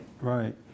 Right